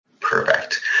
perfect